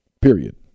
Period